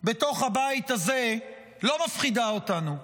בתוך הבית הזה, לא מפחידה אותנו.